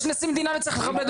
יש נשיא מדינה וצריך לכבד אותו.